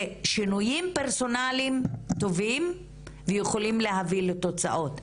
זה שינויים פרסונליים טובים שיכולים להביא לתוצאות,